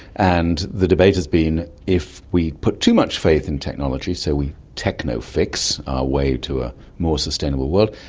and the debate has been if we put too much faith in technology, so we techno-fix our way to a more sustainable world,